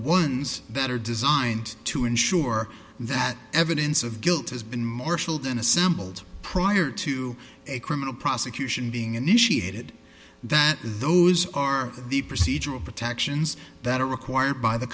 ones that are designed to ensure that evidence of guilt has been marshaled and assembled prior to a criminal prosecution being initiated that those are the procedural protections that are required by the